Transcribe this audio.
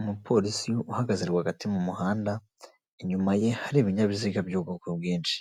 Umupolisi uhagaze rwagati mu muhanda, inyuma ye hari ibinyabiziga by'ubwoko bwinshi;